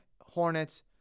Hornets